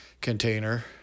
container